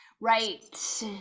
right